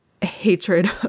hatred